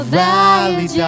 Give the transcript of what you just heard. valley